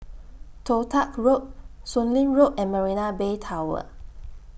Toh Tuck Road Soon Lee Road and Marina Bay Tower